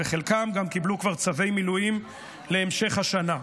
וחלקם גם קיבלו כבר צווי מילואים להמשך השנה.